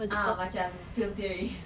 ah macam film theory